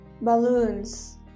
Balloons